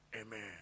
Amen